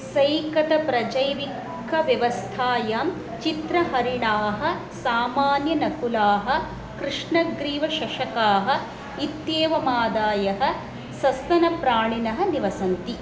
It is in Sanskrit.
सैकतप्रजैविकव्यवस्थायां चित्रहरिणाः सामान्यनकुलाः कृष्णग्रीवशशकाः इत्येवमादायः सस्तनप्राणिनः निवसन्ति